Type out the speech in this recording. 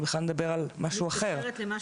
אני בכלל מדבר על משהו אחר.